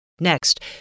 Next